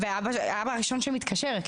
ואבא הוא הראשון שמתקשר.